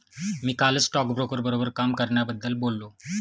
मी कालच स्टॉकब्रोकर बरोबर काम करण्याबद्दल बोललो